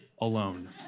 alone